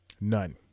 None